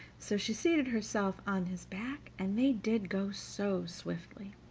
so she seated herself on his back, and they did go so swiftly!